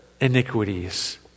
iniquities